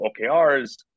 OKRs